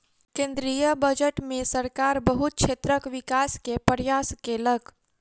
केंद्रीय बजट में सरकार बहुत क्षेत्रक विकास के प्रयास केलक